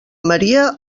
maria